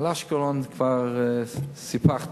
את אשקלון כבר סיפחתי.